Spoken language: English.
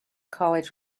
college